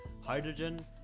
hydrogen